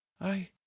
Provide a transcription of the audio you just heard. I